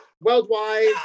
worldwide